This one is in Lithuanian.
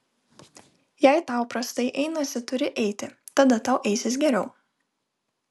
jei tau prastai einasi turi eiti tada tau eisis geriau